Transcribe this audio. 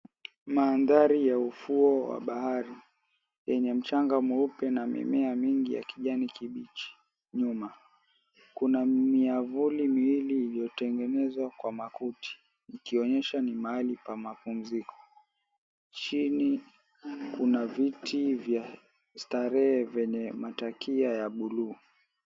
Mandhari ya ufuo wa bahari yenye mchanga mweupe na mimea mingi ya kijani kibichi nyuma. Kuna miavuli miwili iliyotengenezwa kwa makuti ikionyesha ni mahali pa mapumziko. Chini kuna viti vya starehe vyenye matakia ya buluu.